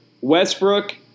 Westbrook